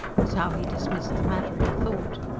was how he dismissed the matter in thought.